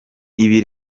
ibi